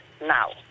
Now